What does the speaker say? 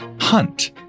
hunt